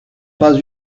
pas